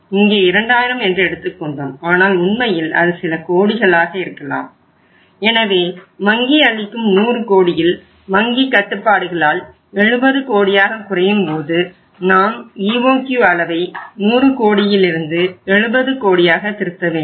இங்கே 2000 என்று எடுத்துக்கொண்டோம் ஆனால் உண்மையில் அது சில கோடிகளாக இருக்கலாம் எனவே வங்கி அளிக்கும் 100 கோடியில் வங்கி கட்டுப்பாடுகளால் 70 கோடியாக குறையும்போது நாம் EOQ அளவை 100 கோடியில் இருந்து 70 கோடியாக திருத்த வேண்டும்